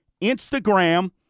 Instagram